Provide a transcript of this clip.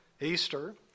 Easter